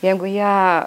jeigu ją